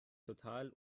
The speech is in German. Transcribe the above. total